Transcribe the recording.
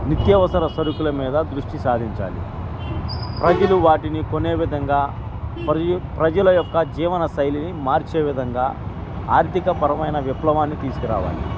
నిత్యవసర సరుకుల మీద దృష్టి సాధించాలి ప్రజలు వాటిని కొనే విధంగా ప్రజ ప్రజల యొక్క జీవన శైలిని మార్చే విధంగా ఆర్థికపరమైన విప్లవాన్ని తీసుకురావాలి